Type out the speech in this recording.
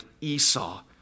Esau